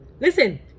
Listen